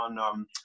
on